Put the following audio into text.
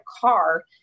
car